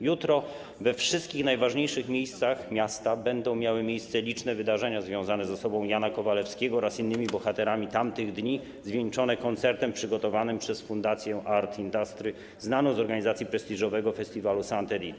Jutro we wszystkich najważniejszych miejscach miasta będą miały miejsce liczne wydarzenia związane z osobą Jana Kowalewskiego oraz innymi bohaterami tamtych dni, zwieńczone koncertem przygotowanym przez Fundację Art Industry znaną z organizacji prestiżowego Festiwalu Soundedit.